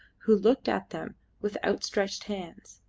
who looked at them with outstretched hands.